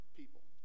people